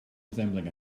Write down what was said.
resembling